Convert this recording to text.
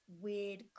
weird